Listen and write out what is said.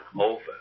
over